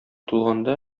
тулганда